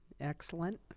Excellent